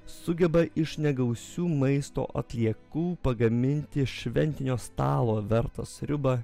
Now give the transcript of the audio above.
sugeba iš negausių maisto atliekų pagaminti šventinio stalo vertą sriubą